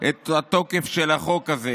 את התוקף של החוק הזה